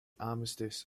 armistice